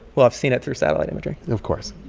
well, i've seen it through satellite imagery of course